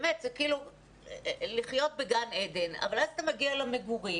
זה כאילו לחיות בגן עדן, אבל אז אתה מגיע למגורים,